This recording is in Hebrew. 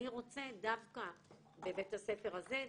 אני רוצה דווקא בבית הספר הזה,